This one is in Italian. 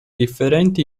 differenti